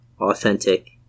authentic